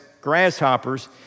grasshoppers